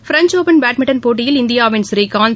French open badminton போட்டியில் இந்தியாவின் ஸ்ரீகாந்த்